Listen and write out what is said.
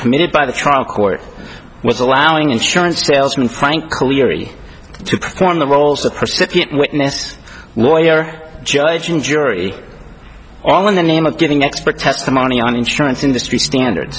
committed by the trial court was allowing insurance salesman frank cleary to perform the roles of percipient witness lawyer judge and jury all in the name of giving expert testimony on insurance industry standards